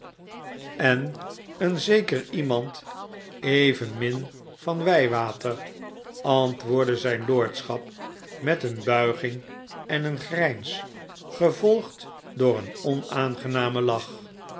en een zeker iemand evenmin van wij water antwoordde zijn lordschap met een buiging en een grijns gevolgd door een onaangenamen lach